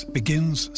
begins